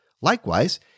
Likewise